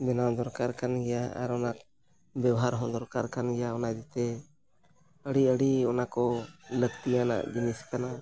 ᱵᱮᱱᱟᱣ ᱫᱚᱨᱠᱟᱨ ᱠᱟᱱ ᱜᱮᱭᱟ ᱟᱨ ᱚᱱᱟ ᱵᱮᱵᱷᱟᱨ ᱦᱚᱸ ᱫᱚᱨᱠᱟᱨ ᱠᱟᱱ ᱜᱮᱭᱟ ᱚᱱᱟ ᱤᱫᱤ ᱛᱮ ᱟᱹᱰᱤ ᱟᱹᱰᱤ ᱚᱱᱟ ᱠᱚ ᱞᱟᱹᱠᱛᱤᱭᱟᱱᱟᱜ ᱡᱤᱱᱤᱥ ᱠᱟᱱᱟ